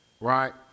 right